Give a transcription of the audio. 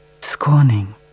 scorning